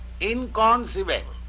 inconceivable